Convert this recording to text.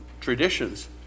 traditions